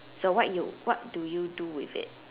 so what you what do you do with it